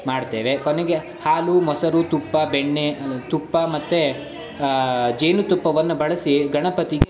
ಮಾಡ್ತೇವೆ ಕೊನೆಗೆ ಹಾಲು ಮೊಸರು ತುಪ್ಪ ಬೆಣ್ಣೆ ಅಲ್ಲ ತುಪ್ಪ ಮತ್ತು ಜೇನುತುಪ್ಪವನ್ನು ಬಳಸಿ ಗಣಪತಿಗೆ